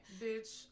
Bitch